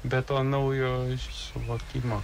be to naujo suvokimo